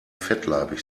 fettleibig